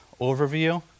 overview